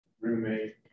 roommate